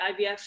IVF